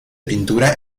pintura